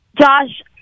Josh